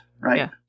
right